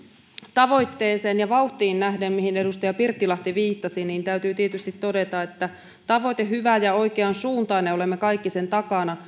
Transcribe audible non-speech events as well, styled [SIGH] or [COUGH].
tavoitteeseen ja vauhtiin nähden mihin edustaja pirttilahti viittasi täytyy tietysti todeta että tavoite on hyvä ja oikean suuntainen olemme kaikki sen takana [UNINTELLIGIBLE]